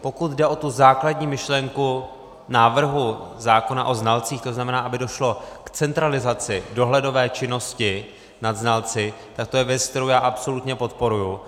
Pokud jde o tu základní myšlenku návrhu zákona o znalcích, to znamená, aby došlo k centralizaci dohledové činnosti nad znalci, tak to je věc, kterou já absolutně podporuji.